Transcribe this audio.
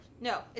No